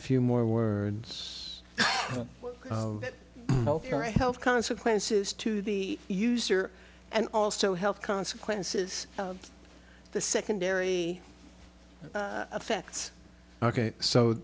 a few more words your health consequences to the user and also health consequences the secondary effects ok so